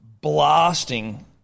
blasting